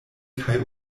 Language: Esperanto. kaj